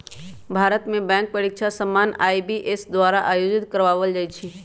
भारत में बैंक परीकछा सामान्य आई.बी.पी.एस द्वारा आयोजित करवायल जाइ छइ